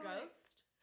Ghost